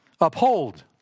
Uphold